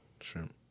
shrimp